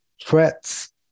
threats